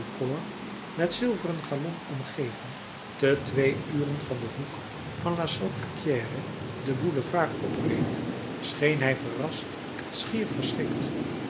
met zilveren galon omgeven te twee uren van den hoek van la salpêtrière den boulevard opreed scheen hij verrast en schier verschrikt